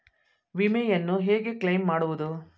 ವಿಮೆಯನ್ನು ಹೇಗೆ ಕ್ಲೈಮ್ ಮಾಡುವುದು?